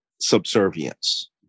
subservience